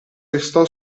restò